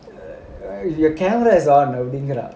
your camera is on அப்டிங்குறான்:apdinguraan